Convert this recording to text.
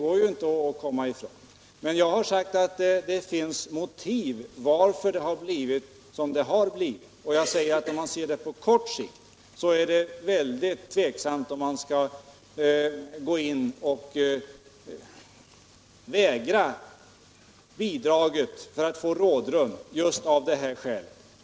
Jag har dock sagt att det finns förklaringar till varför det blir så. Om man ser det på kort sikt, är det väldigt tveksamt om man för att få rådrum skall gå in och vägra bidraget just av detta skäl.